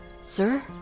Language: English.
Sir